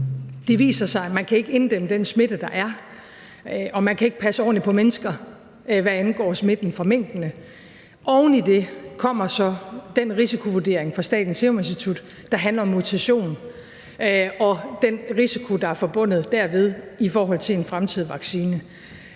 Det viser sig, at man ikke kan inddæmme den smitte, der er, og man kan ikke passe ordentligt på mennesker, hvad angår smitten fra minkene. Oven i det kommer så den risikovurdering fra Statens Serum Institut, der handler om mutation og den risiko, der er forbundet derved i forhold til en fremtidig vaccine.